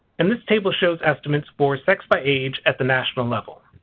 and this table shows estimates for sex by age at the national level.